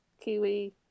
Kiwi